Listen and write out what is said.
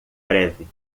breve